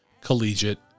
collegiate